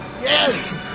Yes